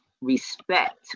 respect